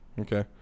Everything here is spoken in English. okay